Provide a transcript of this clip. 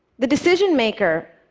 the decision maker,